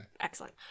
Excellent